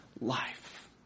life